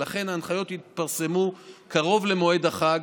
ולכן ההנחיות יתפרסמו קרוב למועד החג,